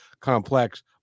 complex